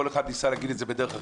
כל אחד ניסה להגיד את זה דרך אחרת.